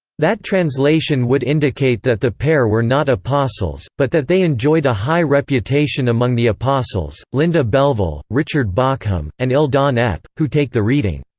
that translation would indicate that the pair were not apostles, but that they enjoyed a high reputation among the apostles linda belleville, richard bauckham, and eldon epp, who take the reading